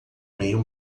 meio